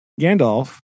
Gandalf